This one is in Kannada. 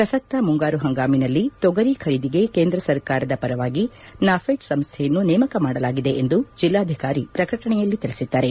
ಪ್ರಸಕ್ತ ಮುಂಗಾರು ಹಂಗಾಮಿನಲ್ಲಿ ತೊಗರಿ ಸರ್ಕಾರದ ಕೇಂದ್ರ ಪರವಾಗಿ ನಾಫೆಡ್ ಸಂಸ್ಟೆಯನ್ನು ನೇಮಕ ಮಾಡಲಾಗಿದೆ ಎಂದು ಜಿಲ್ಲಾಧಿಕಾರಿ ಪ್ರಕಟಣೆಯಲ್ಲಿ ತಿಳಿಸಿದ್ದಾರೆ